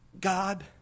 God